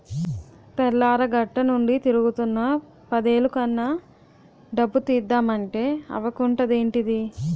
తెల్లారగట్టనుండి తిరుగుతున్నా పదేలు కన్నా డబ్బు తీద్దమంటే అవకుంటదేంటిదీ?